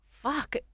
fuck